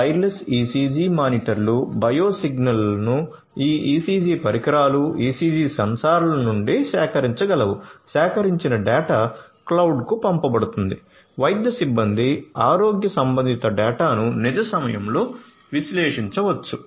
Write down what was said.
wireless ECG మానిటర్లు bio సిగ్నల్లను ఈ ECG పరికరాలు ECG సెన్సార్ల నుండి సేకరించగలవు సేకరించిన డేటా క్లౌడ్కు పంపబడుతుంది వైద్య సిబ్బంది ఆరోగ్య సంబంధిత డేటాను నిజ సమయంలో విశ్లేషించవచ్చు